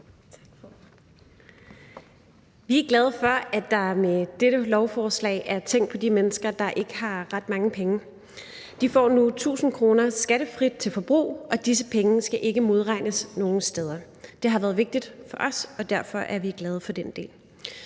Vi er glade for, at der med dette lovforslag er tænkt på de mennesker, der ikke har ret mange penge. De får nu 1.000 kr. skattefrit til forbrug, og disse penge skal ikke modregnes nogen steder. Det har været vigtigt for os, og derfor er vi glade for den del.